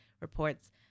reports